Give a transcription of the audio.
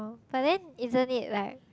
but then isn't it like